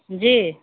जी